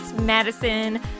Madison